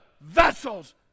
vessels